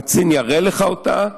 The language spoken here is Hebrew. הקצין יראה לך אותה,